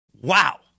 wow